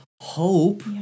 Hope